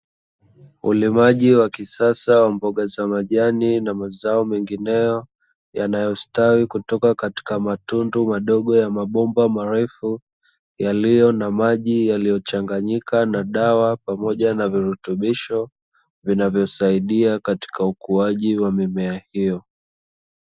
Ulimaji wa kisasa wa mboga za majani na mazao mengineyo, yanayostawi kutoka katika matundu madogo ya mabomba marefu, yaliyo na maji yaliyochanganyika na dawa pamoja na virutubisho, vinavyosaidia katika ukuaji wa mimea hiyo.